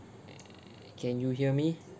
err can you hear me